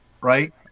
right